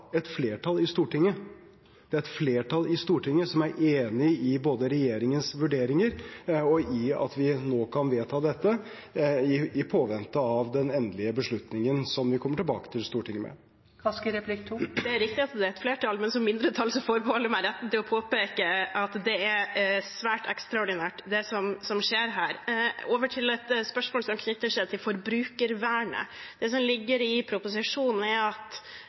et flertall i Stortinget som er enig i både regjeringens vurderinger og i at vi nå kan vedta dette i påvente av den endelige beslutningen som vi kommer tilbake til Stortinget med. Det er riktig at det er et flertall, men som mindretall forbeholder jeg meg retten til å påpeke at det er svært ekstraordinært, det som skjer her. Over til et spørsmål som knytter seg til forbrukervernet. Det som ligger i proposisjonen, er at